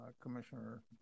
commissioner